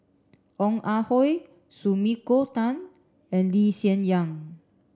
Ong Ah Hoi Sumiko Tan and Lee Hsien Yang